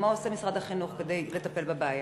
מה עושה משרד החינוך כדי לטפל בבעיה?